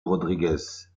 rodriguez